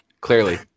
Clearly